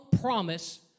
promise